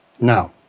Now